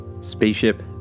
Spaceship